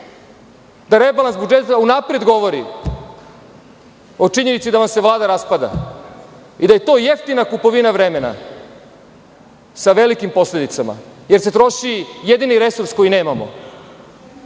da rebalans budžeta unapred govori o činjenici da vam se Vlada raspada i da je to jeftina kupovina vremena sa velikim posledicama jer se troši jedini resurs koji nemamo.